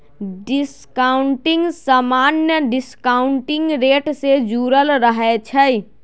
discounting समान्य discounting rate से जुरल रहै छइ